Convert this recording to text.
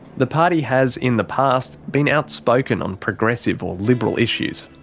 the party has, in the past, been outspoken on progressive or liberal issues.